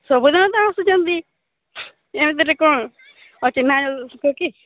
ସବୁ ଦିନ ତ ଆସୁଛନ୍ତି ଏମିତିରେ କ'ଣ ଅଛି ନା କି